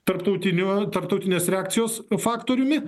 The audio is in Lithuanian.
tarptautiniu tarptautinės reakcijos faktoriumi